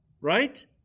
Right